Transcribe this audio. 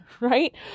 right